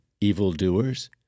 evildoers